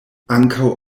ankaŭ